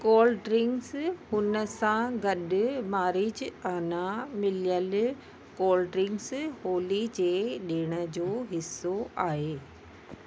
cold drinks हुन सां गॾु मारीजआना मिलियल कोल्ड ड्रिंक्स होली जे डि॒ण जो हिस्सो आहे